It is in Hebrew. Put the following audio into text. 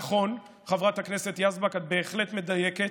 נכון, חברת הכנסת יזבק, את בהחלט מדייקת,